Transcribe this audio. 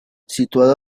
situada